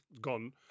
gone